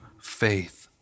faith